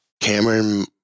Cameron